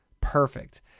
perfect